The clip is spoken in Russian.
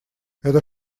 это